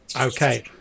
Okay